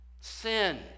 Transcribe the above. sin